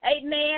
amen